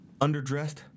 underdressed